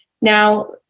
Now